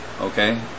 okay